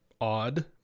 odd